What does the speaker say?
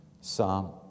psalm